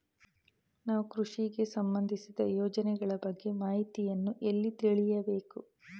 ನಾವು ಕೃಷಿಗೆ ಸಂಬಂದಿಸಿದ ಯೋಜನೆಗಳ ಬಗ್ಗೆ ಮಾಹಿತಿಯನ್ನು ಎಲ್ಲಿ ತಿಳಿಯಬೇಕು?